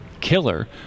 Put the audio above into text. killer